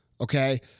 Okay